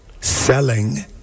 selling